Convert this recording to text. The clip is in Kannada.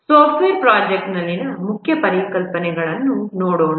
ಸಾಫ್ಟ್ವೇರ್ ಪ್ರಾಜೆಕ್ಟ್ನಲ್ಲಿನ ಮುಖ್ಯ ಪರಿಕಲ್ಪನೆಗಳನ್ನು ನೋಡೋಣ